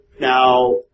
Now